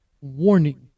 Warning